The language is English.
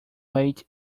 late